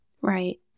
Right